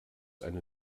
eine